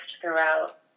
throughout